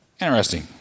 Interesting